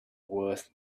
worth